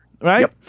Right